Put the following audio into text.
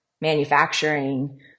manufacturing